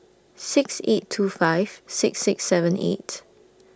six eight two five six six seven eight